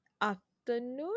afternoon